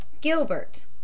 Gilbert